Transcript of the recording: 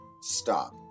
stop